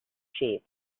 sheep